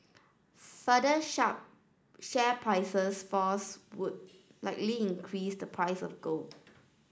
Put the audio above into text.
further share prices falls would likely increase the price of gold